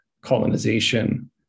colonization